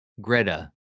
Greta